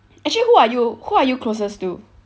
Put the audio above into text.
actually who are you who are you closest to